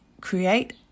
create